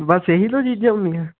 ਬਸ ਇਹੀ ਲੋ ਜੀ